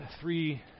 three